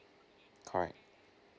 correct